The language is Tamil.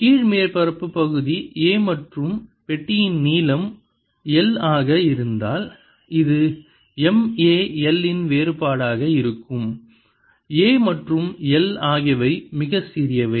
கீழ் மேற்பரப்பு பகுதி a மற்றும் பெட்டியின் நீளம் l ஆக இருந்தால் இது M a l இன் வேறுபாடாக இருக்கும் a மற்றும் l ஆகியவை மிகச் சிறியவை